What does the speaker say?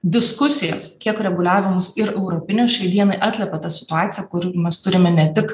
diskusijas kiek reguliavimus ir europinius šiai dienai atliepia ta situacija kur mes turime ne tik